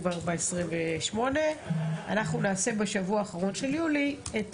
אנחנו נעשה בשבוע האחרון של יולי את